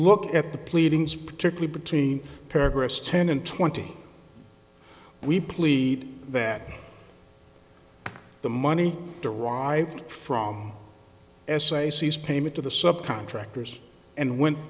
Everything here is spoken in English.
look at the pleadings particularly between paragraphs ten and twenty we plead that the money derived from s a c s payment to the sub contractors and went